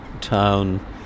town